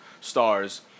stars